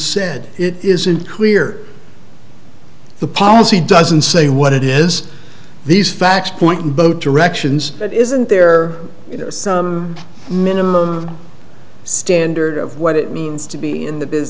said it isn't clear the policy doesn't say what it is these facts point in both directions but isn't there some minimum standard of what it means to be in th